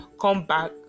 comeback